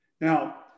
Now